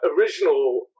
original